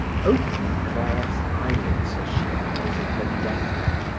opening claire's eyelids, as she lies in her death bed,